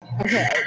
Okay